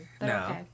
No